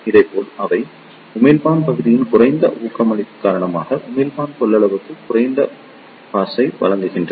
இதேபோல் அவை உமிழ்ப்பான் பகுதியின் குறைந்த ஊக்கமருந்து காரணமாக உமிழ்ப்பான் கொள்ளளவுக்கு குறைந்த பாஸை வழங்குகின்றன